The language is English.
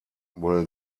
will